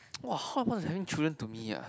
!wow! how much is having children to me ah